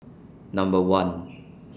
Number one